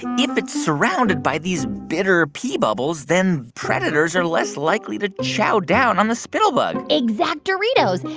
if it's surrounded by these bitter pee bubbles. then predators are less likely to chow down on the spittlebug exactoritos.